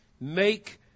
make